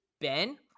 Ben